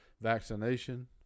vaccination